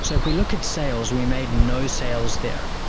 so if we look at sales, we made no sales there.